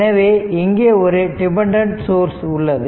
எனவே இங்கே ஒரு டிபெண்டன்ட் சோர்ஸ் உள்ளது